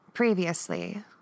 Previously